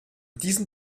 diesem